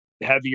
heavier